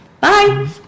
Bye